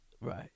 Right